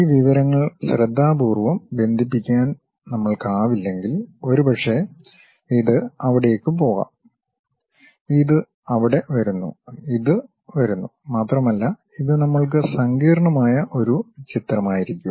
ഈ വിവരങ്ങൾ ശ്രദ്ധാപൂർവ്വം ബന്ധിപ്പിക്കാൻ നമ്മൾക്കാവില്ലെങ്കിൽ ഒരുപക്ഷേ ഇത് അവിടേക്ക് പോകാം ഇത് അവിടെ വരുന്നു ഇത് വരുന്നു മാത്രമല്ല ഇത് നമ്മൾക്ക് സങ്കീർണ്ണമായ ഒരു ചിത്രമായിരിക്കും